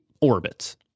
orbits